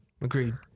Agreed